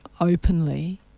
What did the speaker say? openly